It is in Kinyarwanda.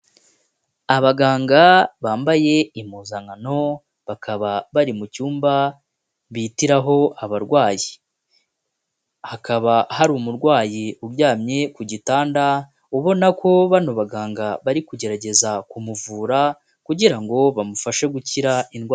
Abaganga bambaye impuzankano bakaba bari mu cyumba bitiraho abarwayi, hakaba hari umurwayi uryamye ku gitanda, ubona ko bano baganga bari kugerageza kumuvura kugira ngo bamufashe gukira indwara.